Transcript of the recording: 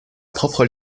propre